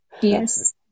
yes